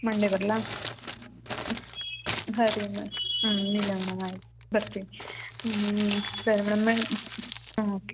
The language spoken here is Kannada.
ಮಂಡೇ ಬರಲಾ ಸರಿ ಮ್ಯಾಮ್ ಹ್ಞೂ ಇಲ್ಲ ಮೇಡಮ್ ಆಯ್ತು ಬರ್ತೀನಿ ಸರಿ ಮೇಡಮ್ ಓಕೆ